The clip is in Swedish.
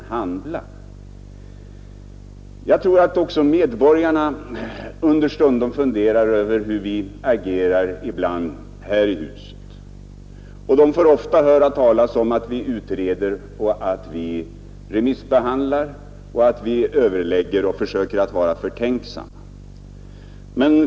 Jag tror att medborgarna understundom funderar över hur vi agerar här i huset. De får ofta höra talas om att vi utreder och remissbehandlar och att vi överlägger och försöker vara förtänksamma.